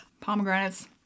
Pomegranates